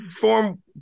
form